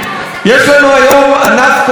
יש לנו היום ענף קולנוע,